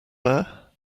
there